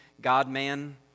God-man